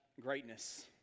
greatness